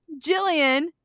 Jillian